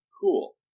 Cool